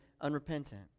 unrepentant